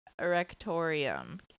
erectorium